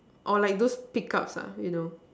or like those pick ups lah you know